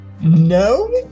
No